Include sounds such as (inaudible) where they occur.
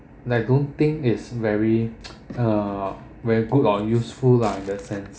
I don't think it's very (noise) uh very good or useful lah in that sense